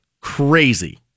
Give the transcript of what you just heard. crazy